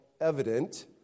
evident